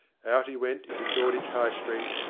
out he went into shoreditch high street,